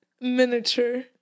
miniature